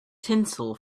tinsel